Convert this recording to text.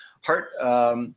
Heart